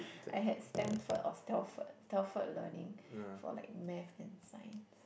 I had Stamford or Stalford Stalford learning for like math and science